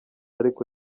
ariko